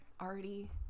already